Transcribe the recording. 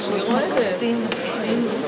חברת הכנסת מיכל רוזין,